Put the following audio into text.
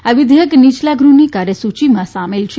આ વિધેયક નીચલા ગૃહની કાર્યસૂચિમાં સામેલ છે